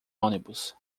ônibus